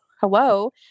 hello